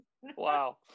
Wow